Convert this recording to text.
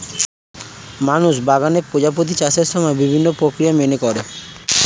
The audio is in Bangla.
মানুষ বাগানে প্রজাপতির চাষের সময় বিভিন্ন প্রক্রিয়া মেনে করে